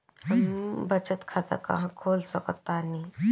हम बचत खाता कहां खोल सकतानी?